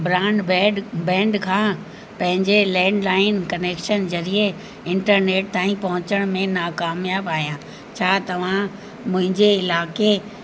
broadband band खां पंहिंजे landline connection ज़रिए इंटरनेट ताईं पहुचण में नाकामयाब आहियां छा तव्हां मुंहिंजे इलाइक़े